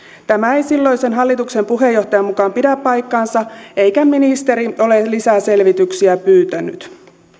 tämä ei silloisen hallituksen puheenjohtajan mukaan pidä paikkaansa eikä ministeri ole lisäselvityksiä pyytänyt